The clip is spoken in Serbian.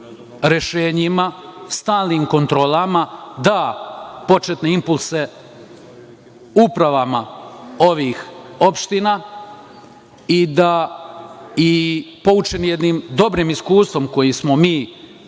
rešenjima, stalnim kontrolama, da početne impulse upravama ovih opština i da poučeni jednim dobrim iskustvom koje smo u